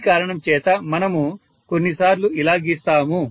ఈ కారణంచేత మనము కొన్ని సార్లు ఇలా గీస్తాము